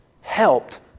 helped